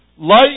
Light